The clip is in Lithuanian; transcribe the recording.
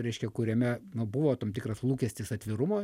reiškia kuriame nu buvo tikras lūkestis atvirumo